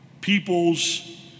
people's